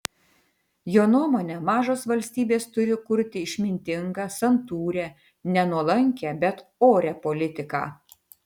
jo nuomone mažos valstybės turi kurti išmintingą santūrią ne nuolankią bet orią politiką